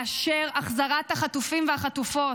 על פני החזרת החטופים והחטופות,